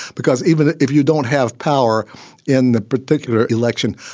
because even if you don't have power in the particular election,